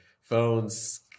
phones